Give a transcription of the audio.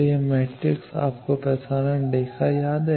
तो यह S matrix है आपको प्रसारण रेखा याद है